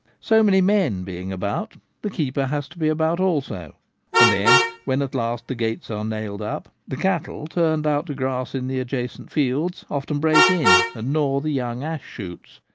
so many men being about, the keeper has to be about also and then when at last the gates are nailed up, the cattle turned out to grass in the adjacent fields often break in and gnaw the young ash-shoots.